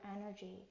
energy